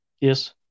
Yes